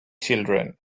children